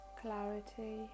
clarity